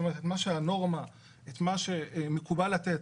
מה שמקובל לתת,